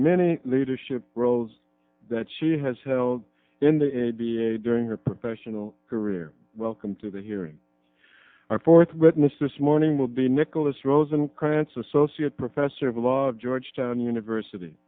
many leadership roles that she has held in the a b a during her professional career welcome to the hearing our fourth witness this morning will be nicholas rosencrantz associate professor of law georgetown university